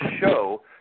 show